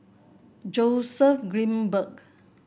Joseph Grimberg